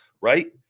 right